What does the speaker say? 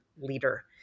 leader